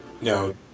No